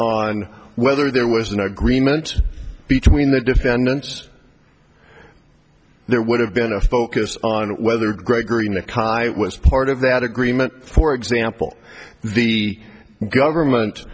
on whether there was an agreement between the defendants there would have been a focus on whether gregory in the car i was part of that agreement for example the government